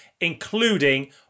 including